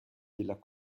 della